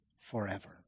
forever